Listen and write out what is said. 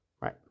Right